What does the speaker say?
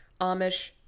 Amish